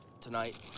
tonight